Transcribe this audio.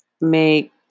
make